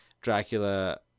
Dracula